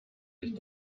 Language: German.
sich